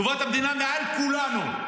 טובת המדינה מעל כולנו.